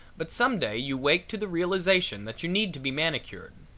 but some day you wake to the realization that you need to be manicured.